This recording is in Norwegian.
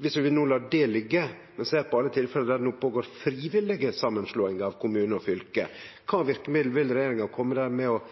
Viss vi lèt det liggje og ser på alle tilfella der det no føregår frivillig samanslåing av kommunar og fylke: Kva verkemiddel vil regjeringa kome med der når det gjeld å